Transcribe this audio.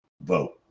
vote